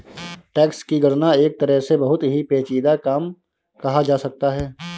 tax की गणना एक तरह से बहुत ही पेचीदा काम कहा जा सकता है